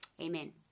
amen